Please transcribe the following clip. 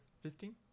fifteen